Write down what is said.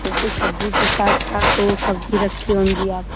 सोचे सब्जी के साथ साथ वो सब भी रखी होंगी आप